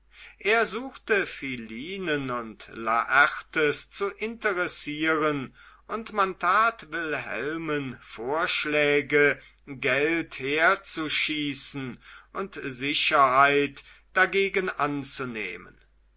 er suchte philinen und laertes zu interessieren und man tat wilhelmen vorschläge geld herzuschießen und sicherheit dagegen anzunehmen